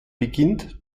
beginnt